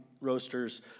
roasters